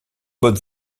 bonne